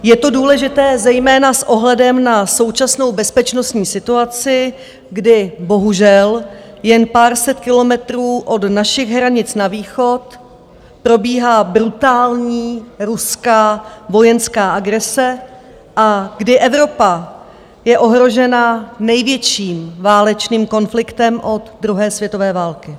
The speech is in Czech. Je to důležité zejména s ohledem na současnou bezpečnostní situaci, kdy bohužel jen pár set kilometrů od našich hranic na východ probíhá brutální ruská vojenská agrese a kdy Evropa je ohrožena největším válečným konfliktem od druhé světové války.